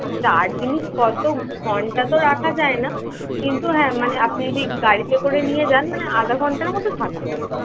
চাট জিনিস কত ঘন্টা তো রাখা যায় না কিন্তু হ্যাঁ মানে আপনি যদি গাড়িতে করে নিয়ে যান মানে আধা ঘন্টার মতো থাকবে